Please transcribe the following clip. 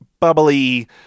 Bubbly